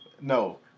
No